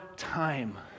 time